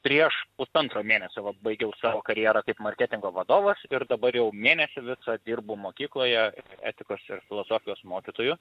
prieš pusantro mėnesio va baigiau savo karjerą kaip marketingo vadovas ir dabar jau mėnesį visą dirbu mokykloje etikos ir filosofijos mokytoju